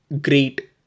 great